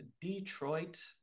Detroit